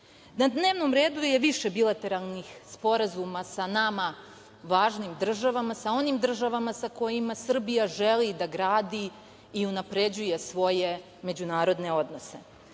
Na dnevnom redu je više bilateralnih sporazuma sa nama važnim državama, sa onim državama sa kojima Srbija želi da gradi i unapređuje svoje međunarodne odnose. Pored